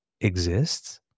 exists